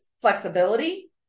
flexibility